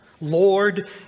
Lord